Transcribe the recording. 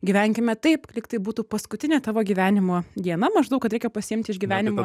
gyvenkime taip lyg tai būtų paskutinė tavo gyvenimo diena maždaug kad reikia pasiimti iš gyvenimo